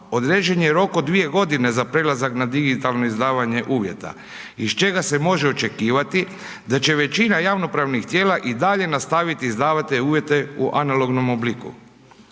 određen je rok od 2 g. za prelazak na digitalno izdavanja uvjeta, iz čega se može očekivati, da će većina javnopravnih tijela i dalje nastaviti izdavati te uvjete u analognom obliku.